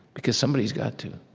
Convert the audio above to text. because somebody's got to.